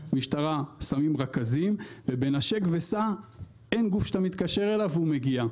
במשטרה שמים רכזים וב'נשק וסע' אין גוף שאתה מתקשר אליו והוא מגיע,